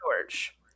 George